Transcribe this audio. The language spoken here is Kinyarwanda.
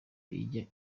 ijyana